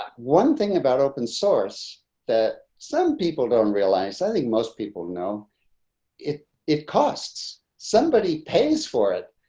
one thing about open source that some people don't realize, i think most people know it, it costs somebody pays for it.